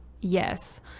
yes